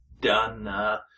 done